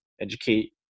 educate